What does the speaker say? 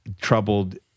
troubled